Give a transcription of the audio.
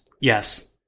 yes